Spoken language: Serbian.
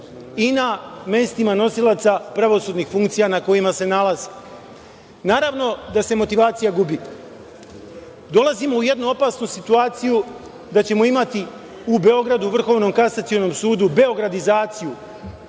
i na mestima nosilaca pravosudnih funkcija na kojima se nalaze? Naravno da se motivacija gubi. Dolazimo u jednu opasnu situaciju da ćemo imati u Beogradu, u Vrhovnom kasacionom sudu beogradizaciju